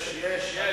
יש.